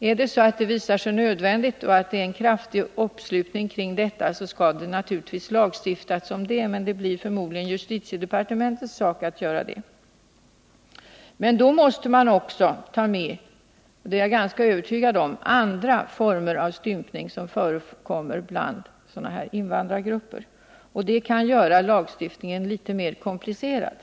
Är det nödvändigt och visar det sig att det finns en kraftig uppslutning kring en sådan skall vi naturligtvis lagstifta, men det blir då förmodligen justitiedepartementets sak att göra det. Då måste man emellertid — det är jag ganska övertygad om — också ta med andra former av stympning som förekommer bland invandrargrupper, och detta kan göra lagstiftningen mer komplicerad.